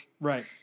Right